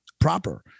proper